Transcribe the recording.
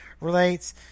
relates